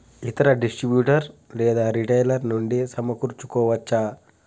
ఇతర డిస్ట్రిబ్యూటర్ లేదా రిటైలర్ నుండి సమకూర్చుకోవచ్చా?